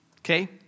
Okay